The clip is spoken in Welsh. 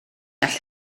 all